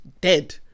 dead